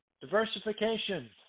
diversification